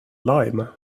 lime